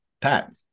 Pat